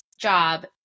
job